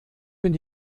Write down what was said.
bin